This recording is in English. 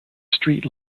street